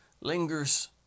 lingers